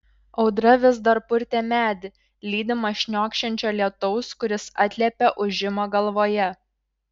audra vis dar purtė medį lydima šniokščiančio lietaus kuris atliepė ūžimą galvoje